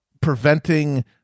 preventing